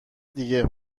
دیگه